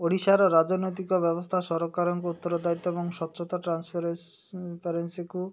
ଓଡ଼ିଶାର ରାଜନୈତିକ ବ୍ୟବସ୍ଥା ସରକାରଙ୍କୁ ଉତ୍ତର ଦାୟିତ୍ୱ ଏବଂ ସ୍ୱଚ୍ଛତା ଟ୍ରାନ୍ସଫରେନ୍ସିକୁ